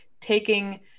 taking